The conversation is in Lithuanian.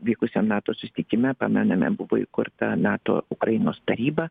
vykusiam nato susitikime pamename buvo įkurta nato ukrainos taryba